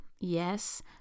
Yes